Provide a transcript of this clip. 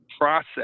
process